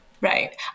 Right